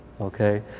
okay